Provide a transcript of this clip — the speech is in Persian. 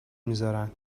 میگذارند